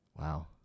Wow